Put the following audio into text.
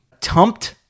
Tumped